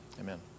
Amen